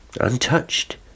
untouched